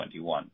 2021